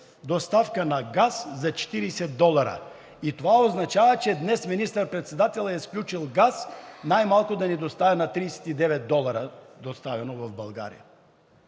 доставка на газ за 40 долара и това означава, че днес министър-председателят е сключил газ най-малко да ни доставят на 39 долара, доставено в България.